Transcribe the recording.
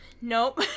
Nope